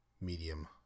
Medium